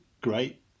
great